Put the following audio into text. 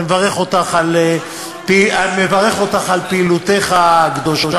ואני מברך אותך על פעילותך הקדושה,